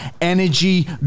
Energy